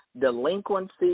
delinquency